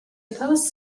opposed